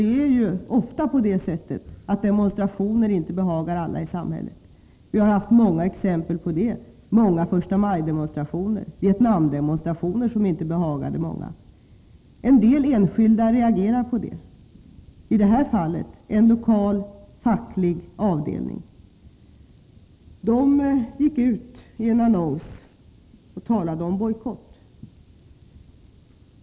Det är ju ofta på det sättet att demonstrationer inte behagar aila i samhället. Vi har haft många exempel på demonstrationer som inte behagat alla, t.ex. förstamajdemonstrationer och Vietnamdemonstrationer. En del enskilda reagerar på sådana demonstrationer, i detta fall i en lokal facklig avdelning. Avdelningen gick ut med en annons och talade om bojkott.